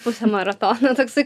pusę maratono toksai